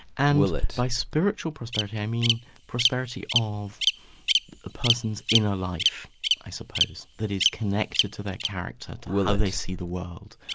and by spiritual prosperity i mean prosperity of a person's inner life i suppose, that is connected to their character, to how they see the world,